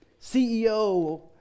CEO